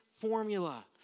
formula